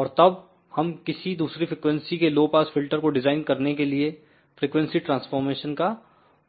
और तब हम किसी दूसरी फ्रीक्वेंसी के लो पास फिल्टर को डिजाइन करने के लिए फ्रिकवेंसी ट्रांसफॉरमेशन का प्रयोग करते हैं